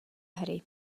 hry